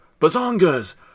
Bazongas